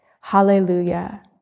Hallelujah